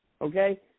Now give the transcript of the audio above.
okay